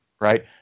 right